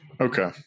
okay